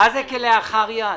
מה זה "כלאחר יד"?